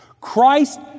Christ